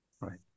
Right